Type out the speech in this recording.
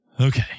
Okay